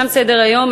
תם סדר-היום.